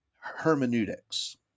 hermeneutics